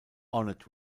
honored